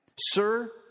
Sir